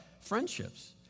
friendships